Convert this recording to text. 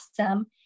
awesome